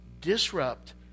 disrupt